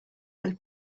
del